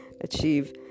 achieve